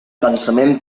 pensament